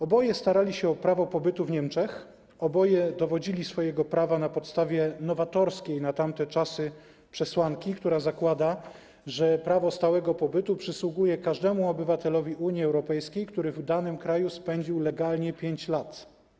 Oboje starali się o prawo pobytu w Niemczech, oboje dowodzili swojego prawa na podstawie nowatorskiej na tamte czasy przesłanki, która zakłada, że prawo stałego pobytu przysługuje każdemu obywatelowi Unii Europejskiej, który w danym kraju spędził legalnie 5 lat.